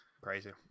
Crazy